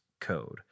code